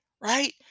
right